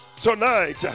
Tonight